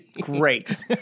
Great